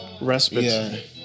respite